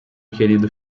querido